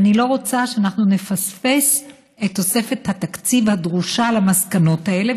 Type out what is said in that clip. ואני לא רוצה שאנחנו נפספס את תוספת התקציב הדרושה למסקנות האלה.